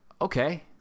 okay